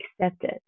accepted